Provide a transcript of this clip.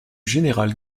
général